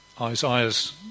Isaiah's